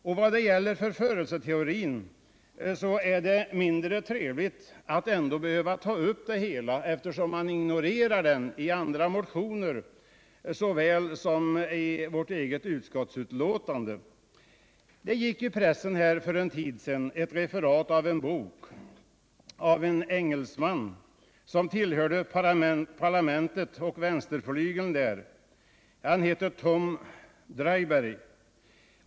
När det gäller förförelseteorin är det mindre trevligt att behöva ta upp den, eftersom den ignoreras i andra motioner lika väl som i utskottsbetänkandet. Det förekom för en tid sedan i pressen ett referat av en bok av en engelsman, som tillhörde vänsterflygeln i parlamentet. Han heter Tom Driberg.